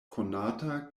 konata